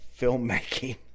filmmaking